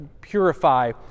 purify